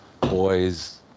boys